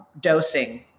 dosing